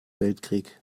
weltkrieg